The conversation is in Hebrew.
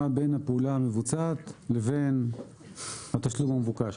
בין הפעולה המבצעת לבין התשלום המבוקש.